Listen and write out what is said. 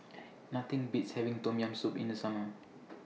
Nothing Beats having Tom Yam Soup in The Summer